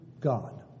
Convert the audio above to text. God